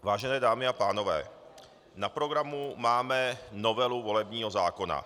Vážené dámy a pánové, na programu máme novelu volebního zákona.